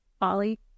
Ollie